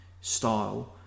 style